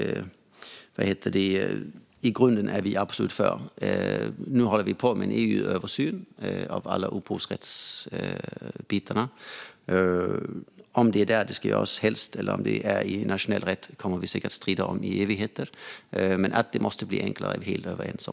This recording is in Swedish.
I grunden är vi absolut för. Nu sker en EU-översyn av alla upphovsrättsfrågorna. Om det är där översynen ska göras eller i nationell rätt kommer vi säkert att strida om i evigheter, men att dessa frågor måste bli enklare är vi helt överens om.